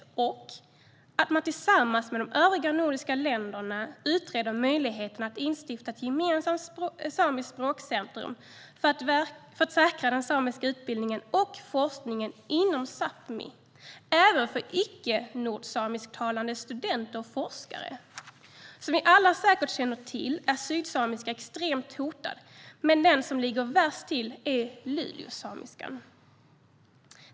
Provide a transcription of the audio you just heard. Vi föreslår också att man tillsammans med de övriga nordiska länderna utreder möjligheten att instifta ett gemensamt samiskt språkcentrum för att säkra den samiska utbildningen och forskningen inom Sápmi även för icke-nordsamisktalande studenter och forskare. Som vi alla säkert känner till är sydsamiska extremt hotad, men den som ligger värst till är lulesamiskan.